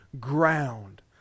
ground